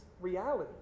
reality